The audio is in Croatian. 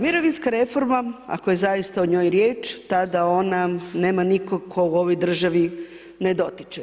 Mirovinska reforma ako je zaista o njoj riječ tada ona nema nikog kog u ovoj državi ne dotiče.